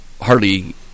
hardly